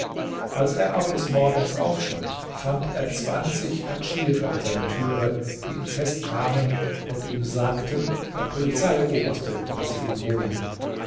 als er aber des morgens aufstand fand er zwanzig hatschiere an seiner türe die ihn festnahmen und ihm sagten der polizeioberste lasse ihn holen